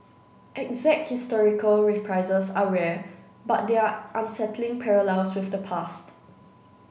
exact historical reprises are rare but there are unsettling parallels with the past